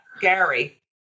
Gary